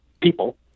people